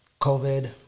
COVID